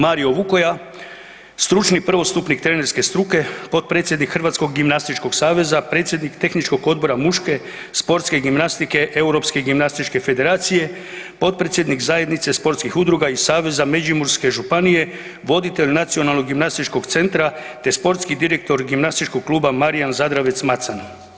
Mario Vukoja stručni prvostupnik trenerske struke, potpredsjednik Hrvatskog gimnastičkog saveza, predsjednik Tehničkog odbora muške sportske gimnastike Europske gimnastičke federacije, potpredsjednik Zajednice sportskih udruga i saveze Međimurske županije, voditelj Nacionalnog gimnastičkog centra te sportski direktor Gimnastičkog kluba Marijan Zadravec Macan.